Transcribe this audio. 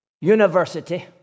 University